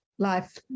life